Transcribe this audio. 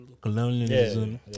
colonialism